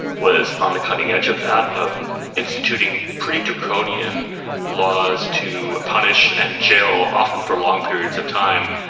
was on the cutting edge of that, of instituting pretty draconian laws to punish and jail, often for long periods of time,